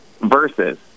Versus